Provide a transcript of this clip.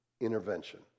intervention